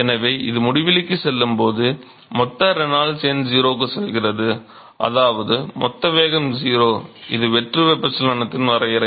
எனவே இது முடிவிலிக்கு செல்லும் போது மொத்த ரெனால்ட்ஸ் எண் 0 க்கு செல்கிறது அதாவது மொத்த வேகம் 0 இது வெற்று வெப்பச்சலனத்தின் வரையறை